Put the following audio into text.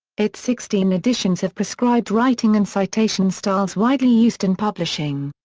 its sixteen editions have prescribed writing and citation styles widely used in publishing.